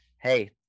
Hey